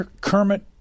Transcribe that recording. Kermit